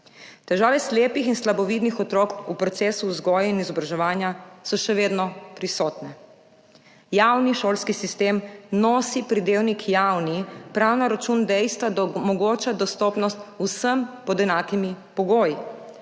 Težave slepih in slabovidnih otrok v procesu vzgoje in izobraževanja so še vedno prisotne. Javni šolski sistem nosi pridevnik javni prav na račun dejstva, da omogoča dostopnost vsem pod enakimi pogoji,